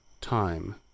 time